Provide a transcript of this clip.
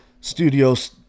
studios